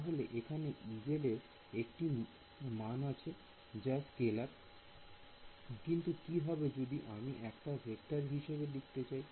তাই এইখানে Ez এর একটি মন আছে যা স্কেলার কিন্তু কি হবে যদি আমি এটাকে ভেক্টর হিসেবে লিখতে চাই